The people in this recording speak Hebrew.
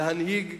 להנהיג,